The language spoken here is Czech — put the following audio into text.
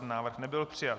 Návrh nebyl přijat.